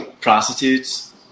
prostitutes